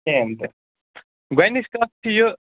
کِہیٖنۍ تہِ گۄڈنِچ کَتھ چھِ یہِ